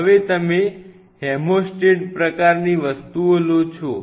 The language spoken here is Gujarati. હવે તમે હેમોસ્ટેટ પ્રકારની વસ્તુઓ લો છો